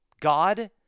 God